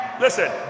listen